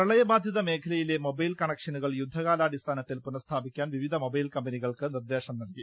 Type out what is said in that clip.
പ്രളയബാധിത മേഖലയിലെ മൊബൈൽ കണക്ഷനുകൾ യുദ്ധകാ ലാടിസ്ഥാനത്തിൽ പുനസ്ഥാപിക്കാൻ വിവിധ മൊബൈൽ കമ്പനികൾക്ക് നിർദ്ദേശം നൽകി